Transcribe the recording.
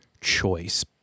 choice